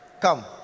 Come